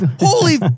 holy